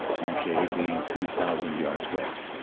monchy being two thousand yards west.